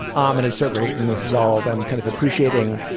um and it's so great. and this is all i'm kind of appreciating,